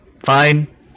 fine